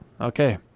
Okay